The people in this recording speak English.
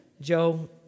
Joe